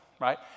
right